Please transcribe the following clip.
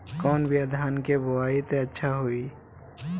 कौन बिया धान के बोआई त अच्छा होई?